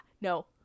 No